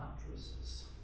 mattresses